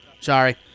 Sorry